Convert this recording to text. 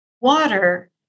Water